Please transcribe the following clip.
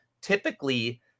typically